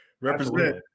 Represent